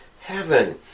heaven